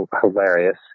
hilarious